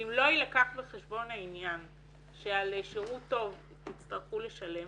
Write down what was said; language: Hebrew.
שאם לא יילקח בחשבון שעל שירות טוב תצטרכו לשלם